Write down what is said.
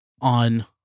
on